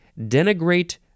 denigrate